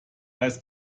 eis